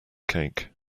cake